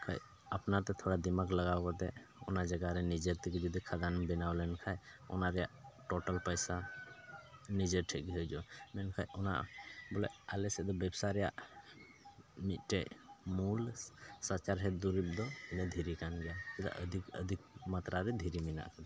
ᱠᱷᱟᱡ ᱟᱯᱱᱟᱨᱛᱮ ᱛᱷᱚᱲᱟ ᱫᱤᱢᱟᱜ ᱞᱟᱜᱟᱣ ᱠᱟᱛᱮᱫ ᱚᱱᱟ ᱡᱟᱭᱜᱟ ᱨᱮ ᱱᱤᱡᱮᱨ ᱛᱮᱜᱮ ᱡᱩᱫᱤ ᱠᱷᱟᱫᱟᱱ ᱞᱟᱜᱟᱣ ᱞᱮᱱᱠᱷᱟᱡ ᱚᱱᱟ ᱨᱮᱭᱟᱜ ᱴᱳᱴᱟᱞ ᱯᱚᱭᱥᱟ ᱱᱤᱡᱮ ᱴᱷᱮᱡ ᱜᱮ ᱦᱤᱡᱩᱜᱼᱟ ᱢᱮᱱᱠᱷᱟᱡ ᱚᱱᱟ ᱵᱚᱞᱮ ᱟᱞᱮ ᱥᱮᱫ ᱫᱚ ᱵᱮᱵᱽᱥᱟ ᱨᱮᱭᱟᱜ ᱢᱤᱫᱴᱮᱡ ᱢᱩᱞ ᱥᱟᱪᱟᱨᱦᱮᱫ ᱫᱩᱨᱤᱵ ᱫᱚ ᱚᱱᱟ ᱫᱷᱤᱨᱤ ᱠᱟᱱ ᱜᱮᱭᱟ ᱪᱮᱫᱟᱜ ᱟᱹᱫᱷᱤᱠ ᱟᱹᱫᱷᱤᱠ ᱢᱟᱛᱨᱟ ᱨᱮ ᱫᱷᱤᱨᱤ ᱢᱮᱱᱟᱜ ᱠᱟᱫᱟ